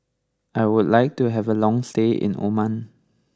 I would like to have a long stay in Oman